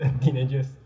teenagers